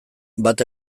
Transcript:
bat